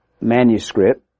manuscript